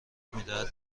میدهد